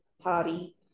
party